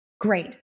great